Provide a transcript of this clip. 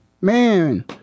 man